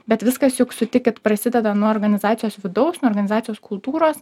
bet viskas juk sutikit prasideda nuo organizacijos vidaus nuo organizacijos kultūros